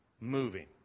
Moving